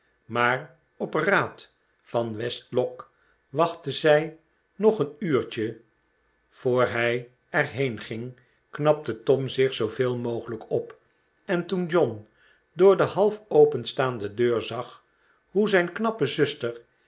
maar op raad van westlock wachtten zij nog een uurtje voor hij er heenging knapte tom zich zooveel mogelijk op en toen john door de half openstaande deur zag hoe zijn knappe zuster